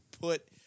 put